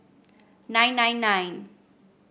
nine nine nine